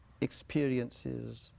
experiences